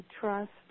trust